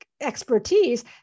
expertise